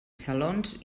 salons